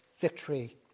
victory